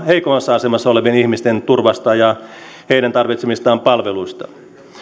heikoimmassa asemassa olevien ihmisten turvasta ja heidän tarvitsemistaan palveluista